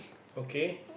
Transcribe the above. okay